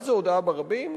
מה זה הודעה ברבים?